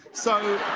so